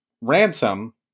ransom